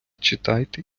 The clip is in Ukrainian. читайте